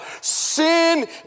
Sin